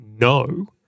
no